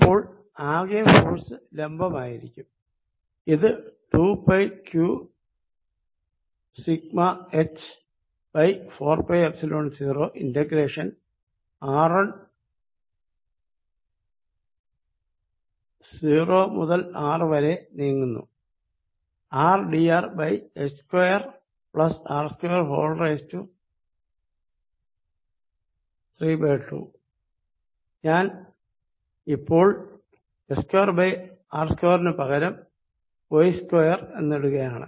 അപ്പോൾ ആകെ ഫോഴ്സ് ലംബമായിരിക്കും ഇത് 2πσqh4πϵ0 ഇന്റഗ്രേഷൻ r 0 മുതൽ R വരെ നീങ്ങുന്നു rdrh2r232 ഇപ്പോൾ ഞാൻ h2r2ന് പകരം y2 എന്ന് ഇടുകയാണ്